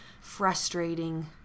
frustrating